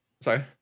Sorry